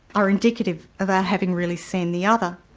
are indicative of our having really seen the other.